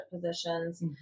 positions